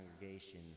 congregation